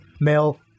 Male